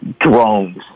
drones